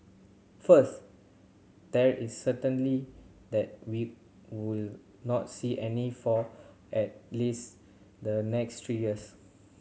first there is certainty that we will not see any for at least the next three years